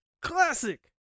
Classic